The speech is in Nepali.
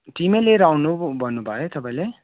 टिमै लिएर आउनु पो भन्नुभयो है तपाईँले